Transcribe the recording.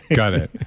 got it.